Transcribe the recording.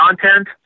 content